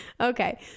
Okay